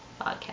podcast